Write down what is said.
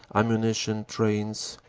ammunition trains,